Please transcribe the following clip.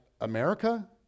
America